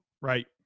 Right